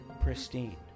Pristine